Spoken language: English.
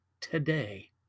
today